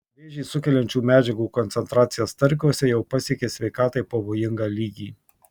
vėžį sukeliančių medžiagų koncentracija starkiuose jau pasiekė sveikatai pavojingą lygį